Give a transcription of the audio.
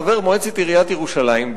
חבר מועצת עיריית ירושלים,